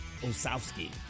Osowski